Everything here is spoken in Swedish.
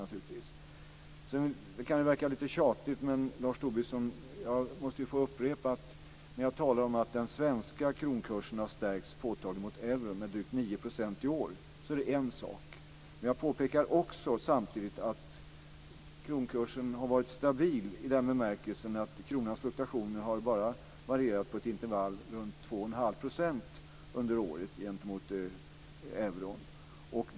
Det kan verka lite tjatigt, Lars Tobisson, men jag måste få upprepa att när jag talar om att den svenska kronkursen har stärkts påtagligt mot euron, med drygt 9 % i år, så är det en sak. Men jag påpekar också samtidigt att kronkursen har varit stabil i bemärkelsen att kronans fluktuationer bara har varierat i ett intervall runt 2 1⁄2 % under året gentemot euron.